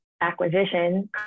acquisition